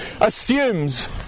assumes